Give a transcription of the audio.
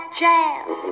jazz